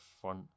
front